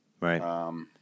right